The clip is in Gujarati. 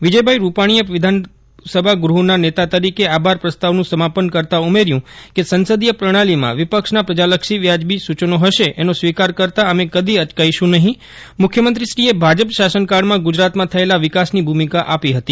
વિજયભાઇ રુપાણીએ વિધાનગૃહના નેતા તરીકે આભાર પ્રસ્તાવનું સમાપન કરતાં ઉમેર્યું કે સંસદીય પ્રષ્ઠાલીમાં વિપક્ષના પ્રજાલક્ષી વાજબી સૂચનો હશે એનો સ્વીકાર કરતાં અમે કદી અચકાઇશું નહીં મુખ્યમંત્રીશ્રીએ ભાજપ શાસનકાળમાં ગુજરાતમાં થયેલા વિકાસની ભૂમિકા આપી છે